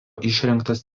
išrinktas